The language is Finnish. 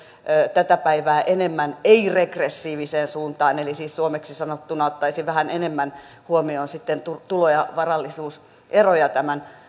tätä päivää enemmän ei regressiiviseen suuntaan eli suomeksi sanottuna ottaisi vähän enemmän huomioon tulo ja varallisuuseroja